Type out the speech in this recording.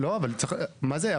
לא, אבל מה זה?